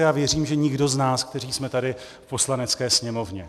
A věřím, že nikdo z nás, kteří jsme tady v Poslanecké sněmovně.